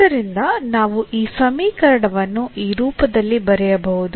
ಆದ್ದರಿಂದ ನಾವು ಈ ಸಮೀಕರಣವನ್ನು ಈ ರೂಪದಲ್ಲಿ ಬರೆಯಬಹುದು